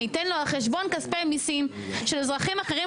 אני אתן לו על חשבון כספי מיסים של אזרחים אחרים